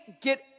get